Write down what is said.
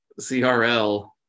crl